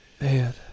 Man